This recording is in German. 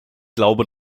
glaube